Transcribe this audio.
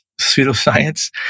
pseudoscience